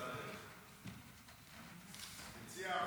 מציע החוק.